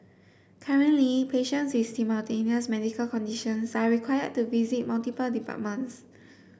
currently patients with simultaneous medical conditions are required to visit multiple departments